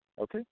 Okay